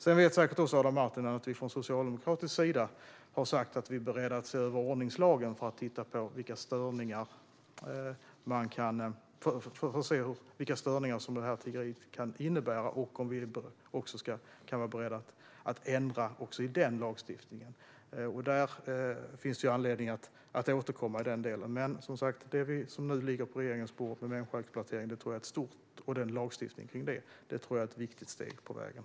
Adam Marttinen vet säkert att vi från socialdemokratisk sida har sagt att vi är beredda att se över ordningslagen för att titta på vilka störningar som detta tiggeri kan innebära och att vi kanske kan vara beredda att ändra också i denna lagstiftning. Det finns anledning att återkomma i den delen. Men det förslag som nu ligger på riksdagens bord om lagstiftning när det gäller människoexploatering tror jag är ett viktigt steg på vägen.